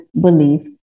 belief